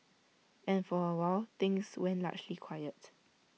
and for awhile things went largely quiet